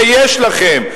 ויש לכם,